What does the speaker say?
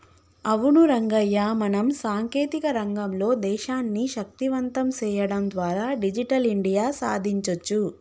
అవును రంగయ్య మనం సాంకేతిక రంగంలో దేశాన్ని శక్తివంతం సేయడం ద్వారా డిజిటల్ ఇండియా సాదించొచ్చు